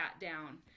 down